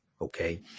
okay